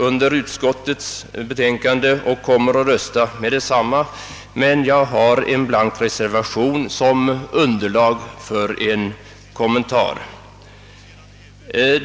På denna punkt tillhör jag utskottsmajoriteten och kommer att rösta för dess förslag. Jag har emellertid till utlåtandet fogat en blank reservation för att till utlåtandet kunna göra en kommentar.